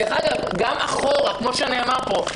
דרך אגב, גם אחורה, כפי שנאמר פה.